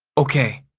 okay,